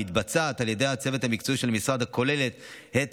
מתבצעת על ידי הצוות המקצועי של משרד וכוללת את